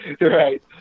Right